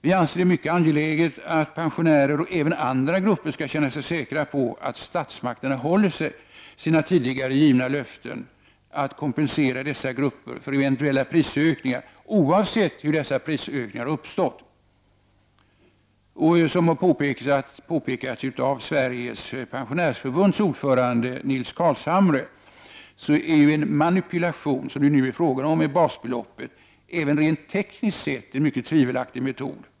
Vi anser det mycket angeläget att pensionärer och även andra grupper skall känna sig säkra på att statsmakterna håller sina tidigare givna löften att kompensera dessa grupper för eventuella prisökningar, oavsett hur dessa prisökningar uppstått. Sveriges pensionärsförbunds ordförande, Nils Carlshamre påpekar att en manipulation med basbeloppet även rent tekniskt sett är en mycket tvivelaktig metod.